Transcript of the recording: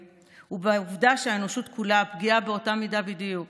ובעובדה שהאנושות כולה פגיעה באותה מידה בדיוק.